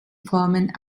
formen